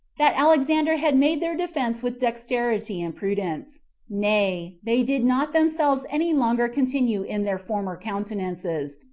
that alexander had made their defense with dexterity and prudence nay, they did not themselves any longer continue in their former countenances,